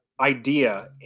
idea